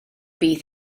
bydd